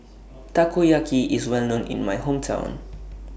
Takoyaki IS Well known in My Hometown